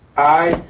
aye.